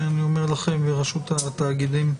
אני אומר לרשות התאגידים.